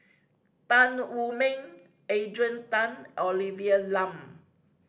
Tan Wu Meng Adrian Tan Olivia Lum